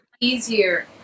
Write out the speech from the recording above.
easier